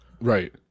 Right